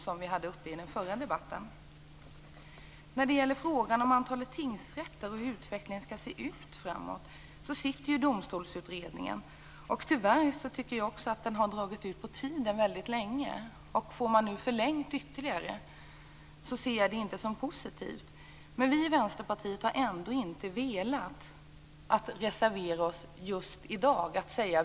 Domstolsutredningen arbetar med frågorna om antalet tingsrätter och utvecklingen på det området framöver. Tyvärr har utredningen dragit ut på tiden väldigt länge. Jag ser det inte som positivt om utredningen får ytterligare tid på sig. Vi i Vänsterpartiet har ändå inte velat reservera oss i just detta betänkande.